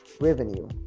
revenue